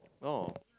oh